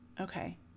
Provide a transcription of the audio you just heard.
okay